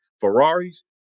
Ferraris